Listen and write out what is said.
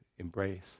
embrace